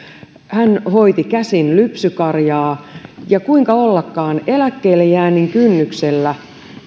hän hoiti käsin lypsykarjaa ja kuinka ollakaan eläkkeelle jäännin kynnyksellä